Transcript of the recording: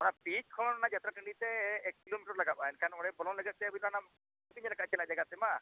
ᱚᱱᱟ ᱯᱤᱪ ᱠᱷᱚᱱ ᱚᱱᱟ ᱡᱟᱛᱛᱨᱟ ᱴᱟᱺᱰᱤ ᱛᱮ ᱮᱠ ᱠᱤᱞᱳᱢᱤᱴᱟᱨ ᱞᱟᱜᱟᱜᱼᱟ ᱮᱱᱠᱷᱟᱱ ᱚᱸᱰᱮ ᱵᱚᱞᱚᱱ ᱞᱟᱹᱜᱤᱫ ᱛᱮ ᱟᱹᱵᱤᱱ ᱚᱱᱟ ᱵᱟᱹᱵᱤᱱ ᱧᱮᱞ ᱠᱟᱜ ᱮᱠᱮᱱᱟᱜ ᱡᱟᱭᱜᱟ ᱛᱮᱢᱟ